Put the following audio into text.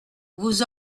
vous